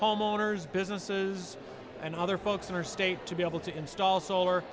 homeowners businesses and other folks in our state to be able to install solar